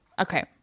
Okay